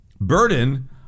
burden